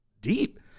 deep